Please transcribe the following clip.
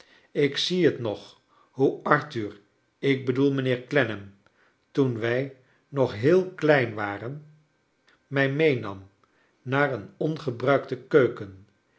ik zie het nog hoe arthur ik bedoel mijnheer clennam toen wij nog heel klein waren mij meenam naar een ongebruikte keuken